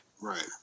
right